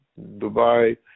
Dubai